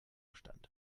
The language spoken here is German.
stand